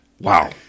Wow